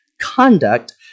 conduct